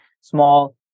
small